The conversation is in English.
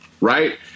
right